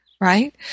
Right